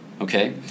Okay